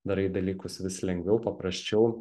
darai dalykus vis lengviau paprasčiau